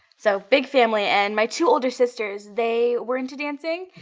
so big family. and my two older sisters they were into dancing.